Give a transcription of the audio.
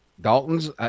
Dalton's